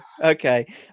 Okay